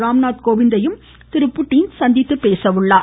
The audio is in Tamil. ராம்நாத் கோவிந்தையும் அவர் சந்தித்து பேசுவார்